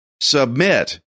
submit